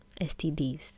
STDs